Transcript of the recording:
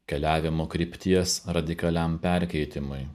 keliavimo krypties radikaliam perkeitimui